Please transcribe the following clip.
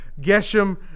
Geshem